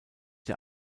der